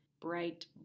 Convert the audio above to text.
bright